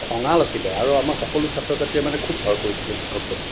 খঙাল আছিল আৰু আমাৰ সকলো ছাত্ৰ ছাত্ৰীয়ে মানে খুব ভয় কৰিছিল শিক্ষকজনক